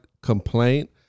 complaint